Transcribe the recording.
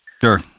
Sure